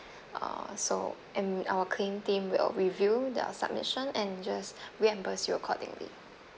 uh so and our claim team will review the submission and just reimburse you accordingly